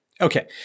Okay